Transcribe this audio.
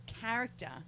character